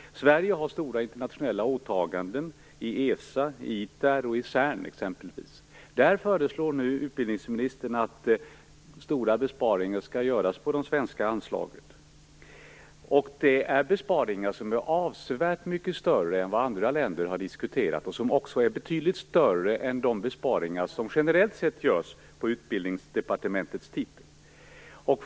Sverige har stora internationella åtaganden i exempelvis ESA, ITER och CERN. Utbildningsministern föreslår nu att stora besparingar skall göras på det svenska anslaget. Det är besparingar som är avsevärt mycket större än andra länder har diskuterat och som också är betydligt större än de besparingar som generellt sett görs under Utbildningsdepartementets titel.